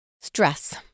stress